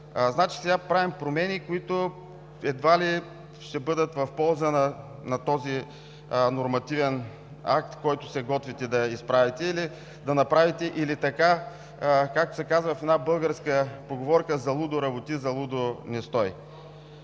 Значи, сега правим промени, които едва ли ще бъдат в полза на този нормативен акт, който се готвите да направите, или, както се казва в една българска поговорка: „Залудо работи, залудо не стой!“